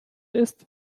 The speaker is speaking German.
ist